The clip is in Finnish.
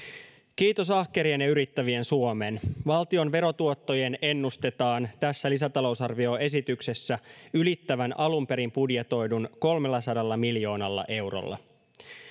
kiitos ahkerien ja yrittävien suomen valtion verotuottojen ennustetaan tässä lisätalousarvioesityksessä ylittävän alunperin budjetoidun kolmellasadalla miljoonalla eurolla